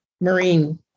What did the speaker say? Marine